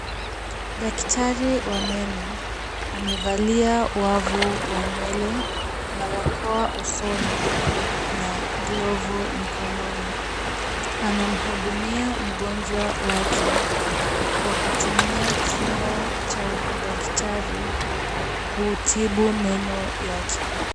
Daktari wa meno amevalia wavu wa nywele, barakoa usoni na glovu mikononi, anamuhudumia mgonjwa wake Kwa kutumia chumba cha daktari kuutibu meno yake.